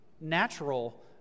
natural